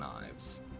knives